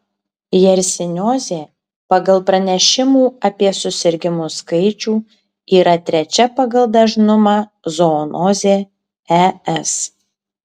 jersiniozė pagal pranešimų apie susirgimus skaičių yra trečia pagal dažnumą zoonozė es